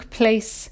place